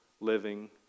living